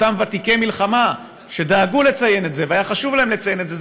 אותם ותיקי מלחמה שדאגו לציין את זה והיה חשוב להם לציין את זה,